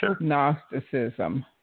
Gnosticism